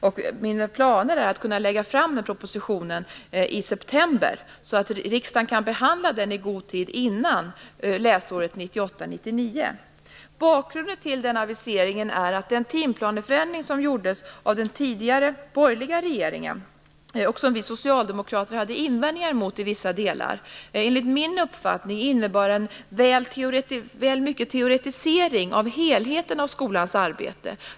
Mina planer är att jag skall kunna lägga fram den propositionen i september, så att riksdagen kan behandla den i god tid före läsåret 1998/99. Bakgrunden till den här aviseringen är den timplaneförändring som gjordes av den tidigare borgerliga regeringen som vi socialdemokrater hade invändningar emot i vissa delar. Enligt min uppfattning innebar den väl mycket av teoretisering när det gällde helheten i skolans arbete.